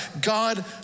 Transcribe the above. God